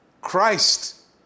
Christ